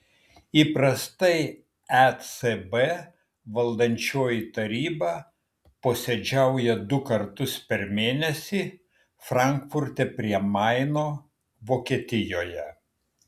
įprastai ecb valdančioji taryba posėdžiauja du kartus per mėnesį frankfurte prie maino vokietijoje